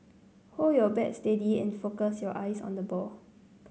hold your bat steady and focus your eyes on the ball